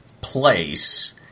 place